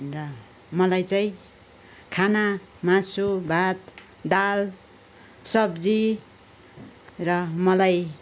ल मलाई चाहिँ खाना मासु भात दाल सब्जी र मलाई